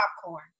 popcorn